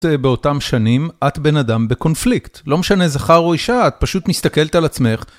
את באותם שנים, את בן אדם בקונפליקט, לא משנה זכר או אישה, את פשוט מסתכלת על עצמך.